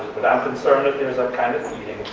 but i'm concerned that there's a kind of